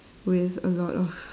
with a lot of